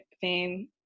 fame